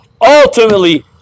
ultimately